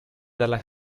dalla